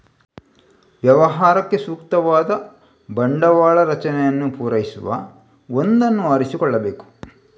ವ್ಯವಹಾರಕ್ಕೆ ಸೂಕ್ತವಾದ ಬಂಡವಾಳ ರಚನೆಯನ್ನು ಪೂರೈಸುವ ಒಂದನ್ನು ಆರಿಸಿಕೊಳ್ಳಬೇಕು